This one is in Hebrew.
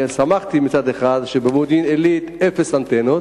שמחתי מצד אחד שבמודיעין-עילית יש אפס אנטנות,